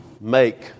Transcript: make